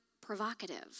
provocative